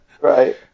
Right